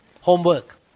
Homework